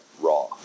raw